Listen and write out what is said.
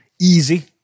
easy